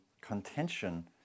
contention